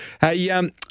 Hey